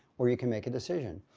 where you can make a decision.